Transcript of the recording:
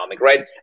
right